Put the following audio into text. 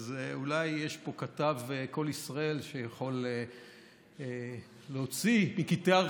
אז אולי יש פה כתב קול ישראל שיכול להוציא מקטעי